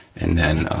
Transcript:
and then,